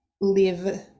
live